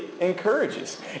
encourages